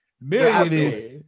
Millionaire